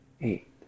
eight